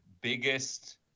biggest